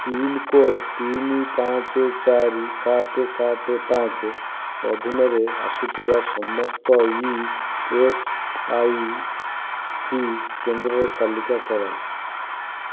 pincode ତିନି ପାଞ୍ଚ ଚାରି ସାତ ସାତ ପାଞ୍ଚ ଅଧୀନରେ ଆସୁଥିବା ସମସ୍ତ ଇ ଏସ୍ ଆଇ ସି କେନ୍ଦ୍ରର ତାଲିକା କର